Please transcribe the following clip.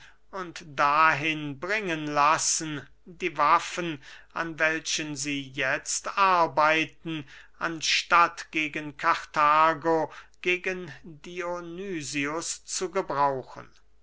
und dahin bringen lassen die waffen an welchen sie jetzt arbeiten anstatt gegen karthago gegen dionysius zu gebrauchen